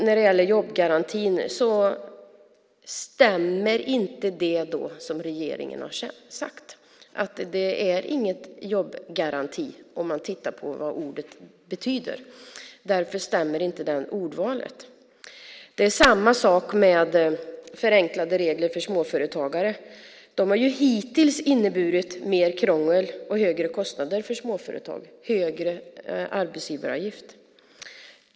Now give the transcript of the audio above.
När det gäller "jobbgarantin" stämmer inte det som regeringen har sagt. Det är ingen jobbgaranti om man tittar på vad ordet betyder. Därför stämmer inte det ordvalet. Det är samma sak med "förenklade regler för småföretagare". De har hittills inneburit mer krångel, högre kostnader och högre arbetsgivaravgift för småföretag.